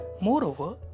moreover